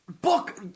Book